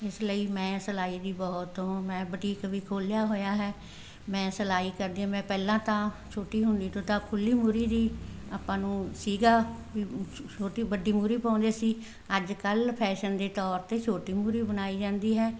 ਇਸ ਲਈ ਮੈਂ ਸਿਲਾਈ ਦੀ ਬਹੁਤ ਓ ਮੈਂ ਬਟੀਕ ਵੀ ਖੋਲ੍ਹਿਆ ਹੋਇਆ ਹੈ ਮੈਂ ਸਿਲਾਈ ਕਰਦੀ ਹਾਂ ਮੈਂ ਪਹਿਲਾਂ ਤਾਂ ਛੋਟੀ ਹੁੰਦੀ ਤੋਂ ਤਾਂ ਖੁੱਲ੍ਹੀ ਮੂਰੀ ਦੀ ਆਪਾਂ ਨੂੰ ਸੀਗਾ ਵੀ ਛੋਟੀ ਵੱਡੀ ਮੂਰੇ ਪਾਉਂਦੇ ਸੀ ਅੱਜ ਕੱਲ੍ਹ ਫੈਸ਼ਨ ਦੇ ਤੌਰ 'ਤੇ ਛੋਟੀ ਮੂਰੀ ਬਣਾਈ ਜਾਂਦੀ ਹੈ